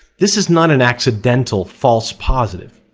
this is not an accidental false positive.